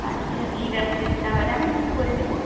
আচ্ছা ঠিক আছে তাহলে আমি বুক করে দেব